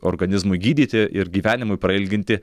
organizmui gydyti ir gyvenimui prailginti